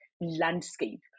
landscape